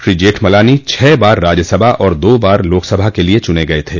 श्री जेठमलानी छह बार राज्यसभा और दो बार लोकसभा के लिये चुने गये थे